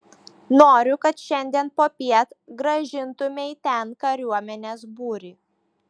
noriu kad šiandien popiet grąžintumei ten kariuomenės būrį